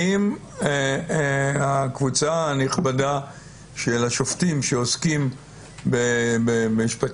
האם הקבוצה הנכבדה של השופטים שעוסקים במשפטים